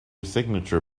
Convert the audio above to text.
signature